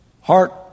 Heart